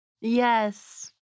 Yes